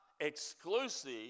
exclusive